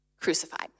crucified